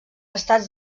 estats